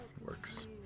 works